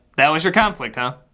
that was your conflict, huh?